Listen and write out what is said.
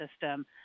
system